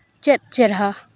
ᱪᱮᱫ ᱪᱮᱨᱦᱟ